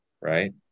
right